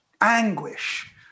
anguish